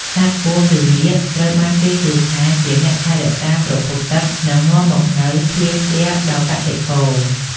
សត្វពស់ ឬនាគ ត្រូវបានគេជឿថាជាអ្នកថែរក្សាប្រភពទឹក និងនាំមកនូវភ្លៀងធ្លាក់ដល់កសិករ។